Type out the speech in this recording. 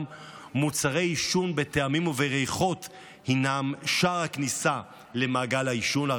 מוצרי עישון בטעמים ובריחות הינם שער הכניסה למעגל העישון.